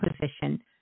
position